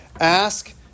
ask